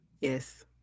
Yes